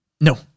No